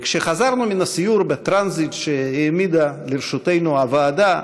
וכשחזרנו מן הסיור בטרנזיט שהעמידה לרשותנו הוועדה,